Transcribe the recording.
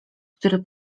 który